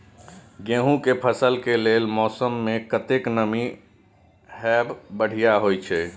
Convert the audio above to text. गेंहू के फसल के लेल मौसम में कतेक नमी हैब बढ़िया होए छै?